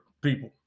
people